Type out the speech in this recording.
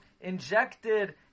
injected